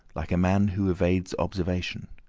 like a man who evades observation.